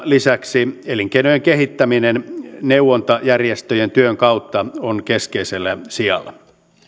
lisäksi elinkeinojen kehittäminen neuvontajärjestöjen työn kautta on keskeisellä sijalla